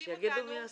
מכפישים אותנו,